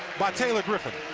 by taylor griffin.